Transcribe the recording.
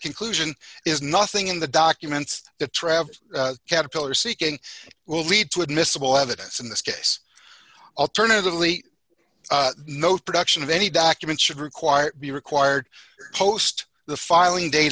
conclusion is nothing in the documents that travel caterpillar seeking will lead to admissible evidence in this case alternatively no production of any documents should require be required post the filing date